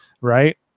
right